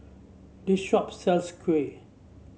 this shop sells kuih